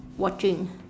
watching